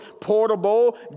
portable